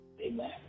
amen